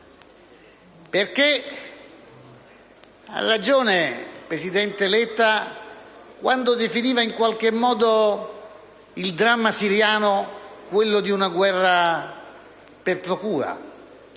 enormi. Ha ragione il presidente Letta quando definiva in qualche modo il dramma siriano quello di una «guerra per procura».